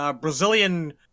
Brazilian